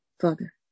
Father